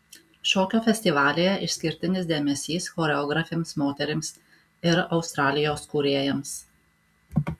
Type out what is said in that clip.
šokio festivalyje išskirtinis dėmesys choreografėms moterims ir australijos kūrėjams